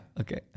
okay